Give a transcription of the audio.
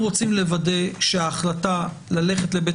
אנחנו רוצים לוודא שההחלטה ללכת לבית